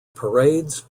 parades